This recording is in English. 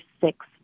six